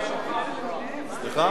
אצלי,